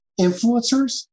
influencers